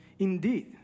Indeed